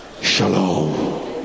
Shalom